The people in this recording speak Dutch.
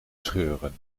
scheuren